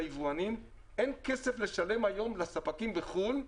ליבואנים אין כסף לשלם היום לספקים בחו"ל,